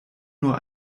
nur